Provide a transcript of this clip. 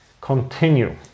continue